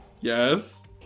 Yes